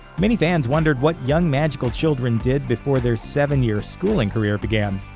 many fans wondered what young magical children did before their seven-year schooling career began.